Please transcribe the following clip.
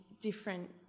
different